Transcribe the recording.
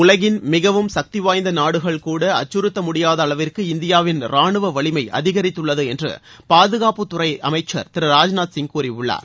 உலகின் மிகவும் சக்திவாய்ந்த நாடுகள் கூட அச்கறுத்த முடியாத அளவிற்கு இந்தியாவின் ரானுவ வலிமை அதிகரித்துள்ளது என்று பாதுகாப்புத் துறை ராஜ்நாத் சிங் கூறியுள்ளார்